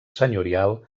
senyorial